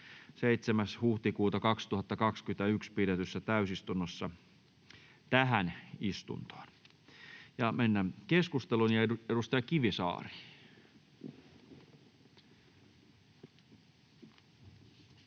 7.4.2021 pidetyssä täysistunnossa tähän istuntoon. Mennään keskusteluun. — Edustaja Kivisaari.